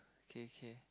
okay okay